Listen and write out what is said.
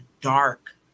dark